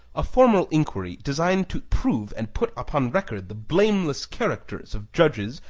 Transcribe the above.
a formal inquiry designed to prove and put upon record the blameless characters of judges,